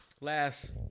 last